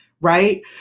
right